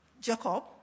Jacob